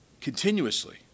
continuously